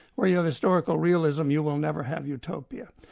where you have historical realism you will never have utopia.